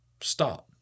Stop